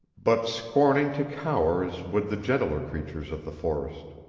but scorning to cower as would the gentler creatures of the forest.